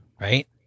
right